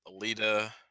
Alita